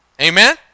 amen